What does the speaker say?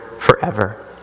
forever